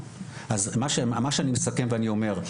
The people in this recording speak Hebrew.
אז מה שאני מסכם ואני אומר,